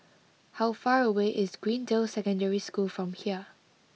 how far away is Greendale Secondary School from here